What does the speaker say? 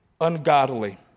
ungodly